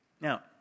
Now